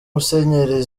musenyeri